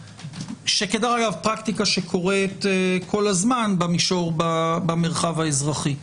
- פרקטיקה שקורית כל הזמן במרחב הפרטי.